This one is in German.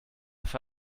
für